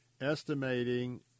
estimating